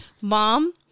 mom